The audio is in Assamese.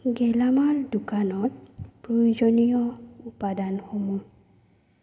গেলামাল দোকানত প্রয়োজনীয় উপাদানসমূহ